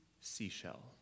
seashell